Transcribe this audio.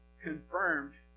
confirmed